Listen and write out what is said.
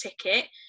ticket